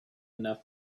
enough